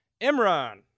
imran